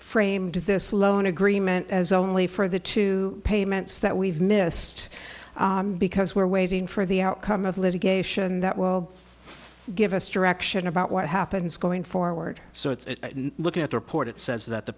framed this loan agreement as only for the two payments that we've missed because we're waiting for the outcome of the litigation that will give us direction about what happens going forward so it's looking at the report it says that the